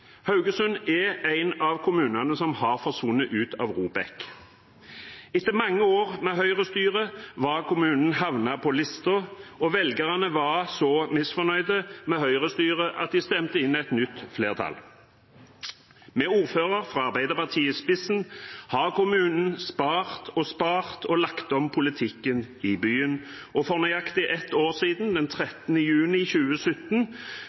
Haugesund er en av kommunene som har forsvunnet ut av ROBEK. Etter mange år med Høyre-styre hadde kommunen havnet på lista, og velgerne var så misfornøyde med Høyre-styret at de stemte inn et nytt flertall. Med ordfører fra Arbeiderpartiet i spissen har kommunen spart og spart og lagt om politikken i byen, og for nøyaktig ett år siden, den 13. juni 2017,